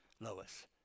Lois